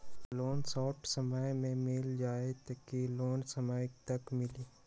Loan short समय मे मिल जाएत कि लोन समय तक मिली?